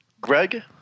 greg